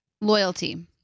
Loyalty